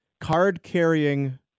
card-carrying